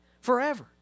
forever